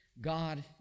God